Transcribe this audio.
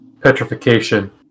Petrification